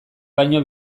baino